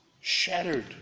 Shattered